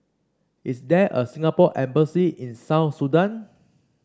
is there a Singapore Embassy in South Sudan